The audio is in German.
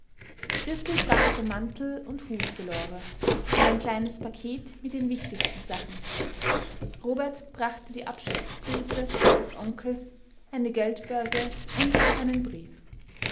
christel brachte mantel und hut für lore und ein kleines paket mit den wichtigsten sachen robert brachte die abschiedsgrüße des onkels eine geldbörse und einen brief